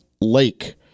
Lake